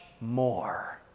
more